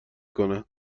کنن